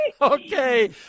Okay